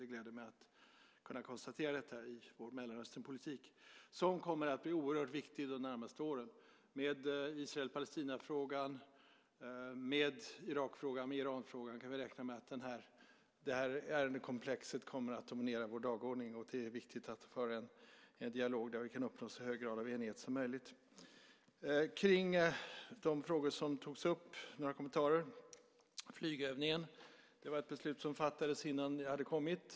Det gläder mig att kunna konstatera detta i vår Mellanösternpolitik. Den kommer att bli oerhört viktig de närmaste åren. I Israel-Palestina-frågan, Irakfrågan och Iranfrågan kan vi räkna med att det här ärendekomplexet kommer att dominera vår dagordning. Det är viktigt att föra en dialog där och att vi kan uppnå en så hög grad av enighet som möjligt. Några kommentarer till de frågor som togs upp. När det gäller flygövningen var det ett beslut som fattades innan jag hade tillträtt.